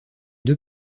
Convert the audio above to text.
deux